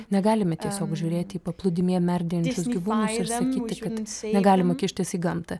negalime tiesiog žiūrėti į paplūdimyje merdėjančius gyvūnus ir sakyti kad negalima kištis į gamtą